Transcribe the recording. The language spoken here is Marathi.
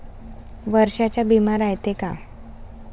वर्षाचा बिमा रायते का?